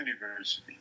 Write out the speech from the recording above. university